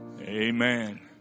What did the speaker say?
Amen